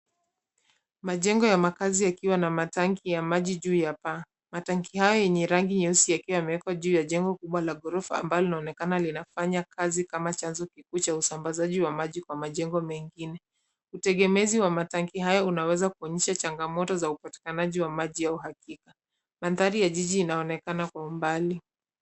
Majengo ya makazi yakiwa na matanki ya maji juu ya paa. Matanki hayo yenye rangi nyeusi yakiwa yamewekwa juu ya jengo kubwa la ghorofa ambalo linaonekana linafanya kazi kama chanzo kikuu cha usambazaji wa maji kwa majengo mengine. Utegemezi wa matanki hayo unaweza kuonyesha changamoto za upatikanaji wa maji ya uhakika. Mandhari ya jiji inaonekana kwa umbali.